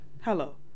Hello